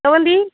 செவ்வந்தி